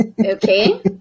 okay